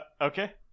Okay